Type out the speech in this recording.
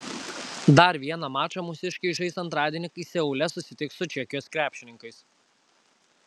dar vieną mačą mūsiškiai žais antradienį kai seule susitiks su čekijos krepšininkais